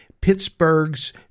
Pittsburgh's